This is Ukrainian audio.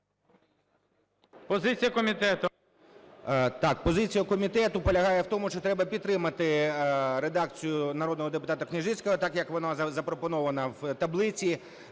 позиція комітету полягає тому, що треба підтримати редакцію народного депутата Княжицького так, як вона запропонована в таблиці,